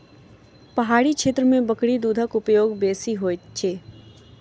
पहाड़ी क्षेत्र में बकरी दूधक उपयोग बेसी होइत अछि